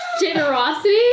Generosity